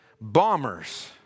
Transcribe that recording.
bombers